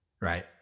right